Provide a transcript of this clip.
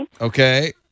Okay